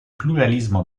pluralismo